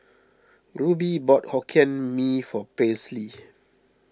Rube bought Hokkien Mee for Paisley